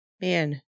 man